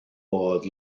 oedd